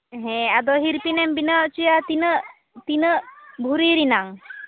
ᱦᱮᱸ ᱟᱫᱚ ᱦᱤᱨᱯᱤᱱ ᱮᱢ ᱵᱮᱱᱟᱣ ᱦᱚᱪᱚᱭᱟ ᱛᱤᱱᱟᱹᱜ ᱵᱷᱚᱨᱤ ᱨᱮᱱᱟᱝ